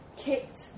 kicked